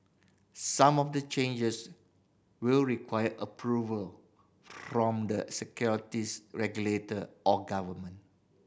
some of the changes will require approval from the securities regulator or government